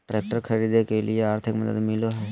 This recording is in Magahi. ट्रैक्टर खरीदे के लिए आर्थिक मदद मिलो है?